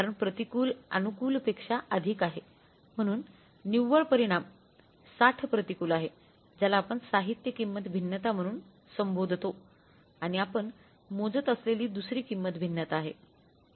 कारण प्रतिकूल अनुकूलपेक्षा अधिक आहेम्हणून निव्वळ परिणाम 60 प्रतिकूल आहे ज्याला आपण साहित्य किंमत भिन्नता म्हणून संबोधतो आणि आपण मोजत असलेली दुसरी किंमत भिन्नता आहे